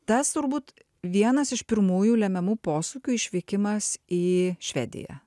tas turbūt vienas iš pirmųjų lemiamų posūkių išvykimas į švediją